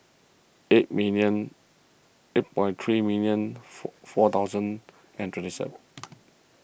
eight million eight five three million four four thousand and three seven